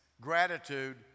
gratitude